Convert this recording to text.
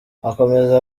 akomeza